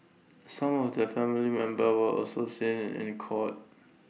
some of their family members were also seen in court